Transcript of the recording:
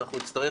ונצטרך